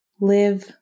live